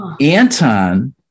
Anton